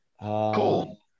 Cool